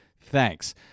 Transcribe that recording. Thanks